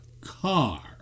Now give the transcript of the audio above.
car